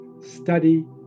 study